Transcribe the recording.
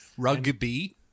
Rugby